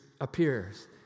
appears